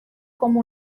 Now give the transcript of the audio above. como